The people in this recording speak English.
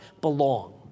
belong